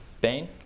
bain